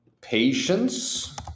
patience